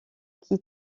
qui